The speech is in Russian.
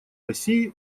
россии